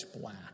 black